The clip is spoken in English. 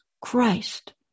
Christ